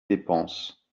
dépenses